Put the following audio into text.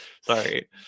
Sorry